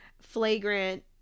flagrant